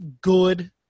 good